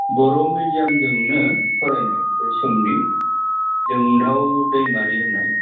बर' मिडियामजोंनो फरायनाय बै समनि जोंदाव दैमारि होननाय